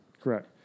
Correct